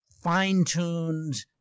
fine-tuned